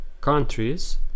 countries